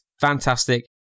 fantastic